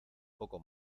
poco